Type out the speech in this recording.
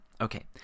okay